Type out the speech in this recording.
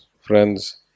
friends